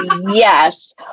Yes